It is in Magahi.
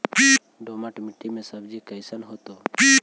दोमट मट्टी में सब्जी कैसन होतै?